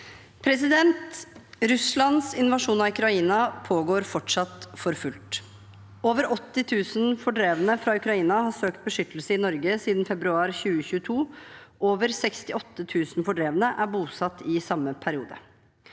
Russlands inva- sjon av Ukraina pågår fortsatt for fullt. Over 80 000 fordrevne fra Ukraina har søkt beskyttelse i Norge siden februar 2022. Over 68 000 fordrevne er bosatt i samme periode.